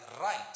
right